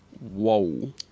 Whoa